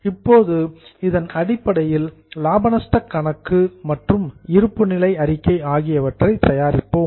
இப்போது இதன் அடிப்படையில் லாப நஷ்டக் கணக்கு மற்றும் இருப்புநிலை அறிக்கை ஆகியவற்றை தயாரிப்போம்